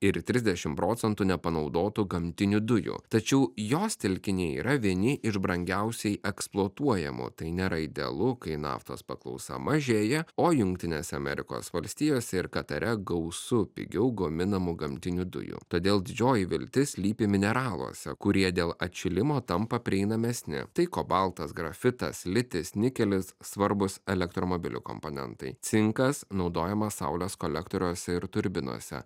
ir trisdešim procentų nepanaudotų gamtinių dujų tačiau jos telkiniai yra vieni iš brangiausiai eksploatuojamų tai nėra idealu kai naftos paklausa mažėja o jungtinėse amerikos valstijose ir katare gausu pigiau gaminamų gamtinių dujų todėl didžioji viltis slypi mineraluose kurie dėl atšilimo tampa prieinamesni tai kobaltas grafitas litis nikelis svarbūs elektromobilių komponentai cinkas naudojamas saulės kolektoriuose ir turbinose